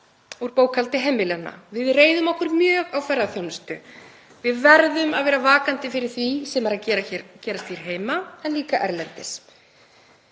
úr bókhaldi heimilanna. Við reiðum okkur mjög á ferðaþjónustu. Við verðum að vera vakandi fyrir því sem er að gerast hér heima en líka erlendis.